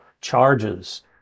charges